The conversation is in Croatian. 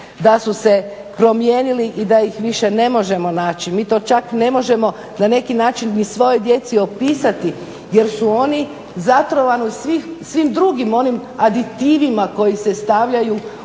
da su se promijenili i da ih više ne možemo naći. Mi to čak ne možemo na neki način ni svojoj djeci opisati, jer su oni zatrovani svim drugim onim aditivima koji se stavljaju